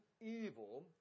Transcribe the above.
evil